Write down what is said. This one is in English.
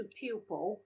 pupil